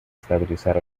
estabilizar